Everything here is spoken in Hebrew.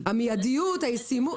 המידיות, הישימות.